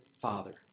father